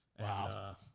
Wow